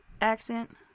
accent